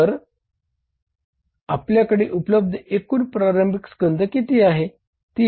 तर आपल्याकडे उपलब्ध एकूण प्रारंभिक स्कंध किती आहे